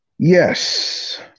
Yes